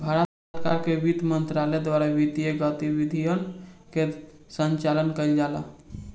भारत सरकार के बित्त मंत्रालय द्वारा वित्तीय गतिविधियन के संचालन कईल जाला